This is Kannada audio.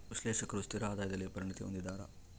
ವಿಶ್ಲೇಷಕರು ಸ್ಥಿರ ಆದಾಯದಲ್ಲಿ ಪರಿಣತಿ ಹೊಂದಿದ್ದಾರ